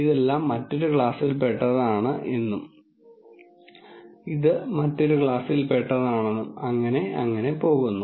ഇതെല്ലാം മറ്റൊരു ക്ലാസിൽ പെട്ടതാണ് എന്നും ഇത് അങ്ങനെ പോകുന്നു